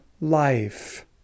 life